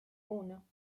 uno